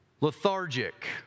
lethargic